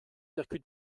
circuit